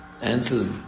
answers